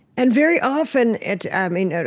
and very often it um you know